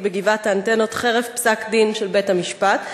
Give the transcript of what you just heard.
בגבעת האנטנות חרף פסק-דין של בית-המשפט.